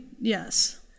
yes